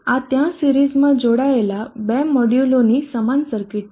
આ ત્યાં સિરીઝ માં જોડાયેલા બે મોડ્યુલોની સમાન સર્કિટ છે